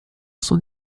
sans